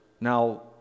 Now